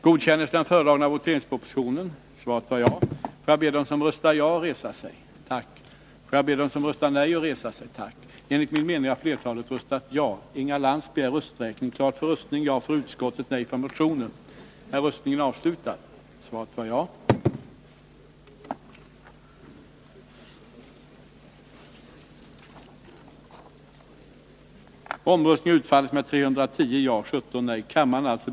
Herr talman! I utbildningsutskottets betänkande 1980/81:10 behandlas ett antal motioner rörande grundskolan, vilka väcktes under den allmänna motionstiden. Jag tänker kommentera två av de moderata motionerna.